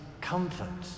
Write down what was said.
comfort